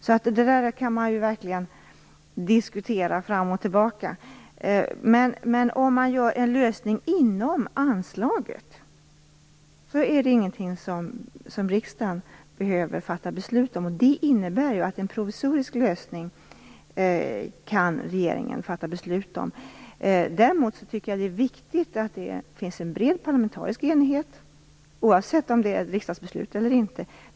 Så det kan man verkligen diskutera fram och tillbaka. Löser man problemet inom anslaget behöver inte riksdagen fatta beslut om det. Det innebär att regeringen kan fatta beslut om en provisorisk lösning. Däremot tycker jag att det är viktigt att det finns en bred parlamentarisk enighet, oavsett om det blir ett riksdagsbeslut eller inte.